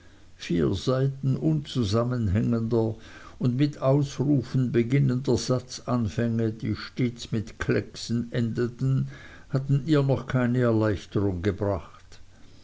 vier seiten unzusammenhängender und mit ausrufen beginnender satzanfänge die stets mit klecksen endeten hatten ihr noch keine erleichterung gebracht